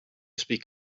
speak